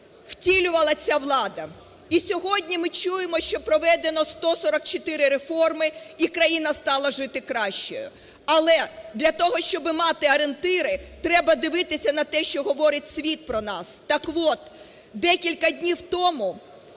втілювала ця влада. І сьогодні ми чуємо, що проведено 144 реформи і країна стала жити краще. Але для того, щоб мати орієнтири, треба дивитися на те, що говорить світ про нас. Так от декілька днів тому